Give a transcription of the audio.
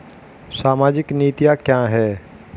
सामाजिक नीतियाँ क्या हैं?